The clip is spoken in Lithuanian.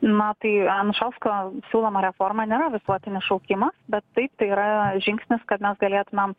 na tai anušausko siūloma reforma nėra visuotinis šaukimas bet taip tai yra žingsnis kad mes galėtumėm